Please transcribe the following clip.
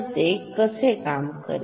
हे कसे काय आहे Vp